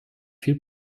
viel